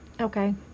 Okay